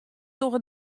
dogge